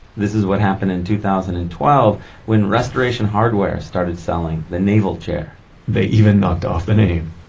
this is what happened in two thousand and twelve when restoration hardware started selling the navel chair they even knocked off the name!